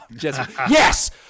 Yes